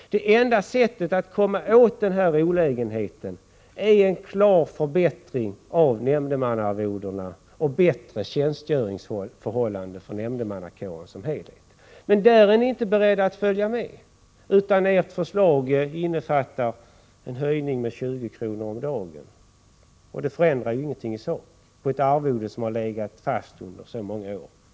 Det enda sättet att komma åt den här olägenheten är en klar förbättring av nämndemannaarvodena och bättre tjänstgöringsförhållanden för nämnde mannakåren som helhet. Men där är ni inte beredda att följa med, utan ert förslag innefattar en höjning med 20 kr. om dagen, och det förändrar ju ingenting i sak i fråga om ett arvode som legat fast under så många år.